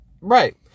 Right